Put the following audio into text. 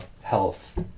health